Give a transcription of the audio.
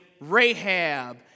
Rahab